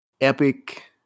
epic